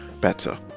better